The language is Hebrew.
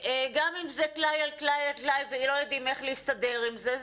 גם אם זה תלאי על תלאי ולא יודעים איך להסתדר עם זה,